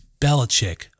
Belichick